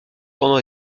pendant